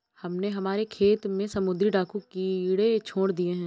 हमने हमारे खेत में समुद्री डाकू कीड़े छोड़ दिए हैं